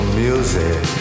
music